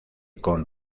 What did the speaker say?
con